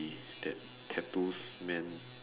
did that tattoos meant